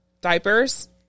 diapers